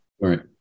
Right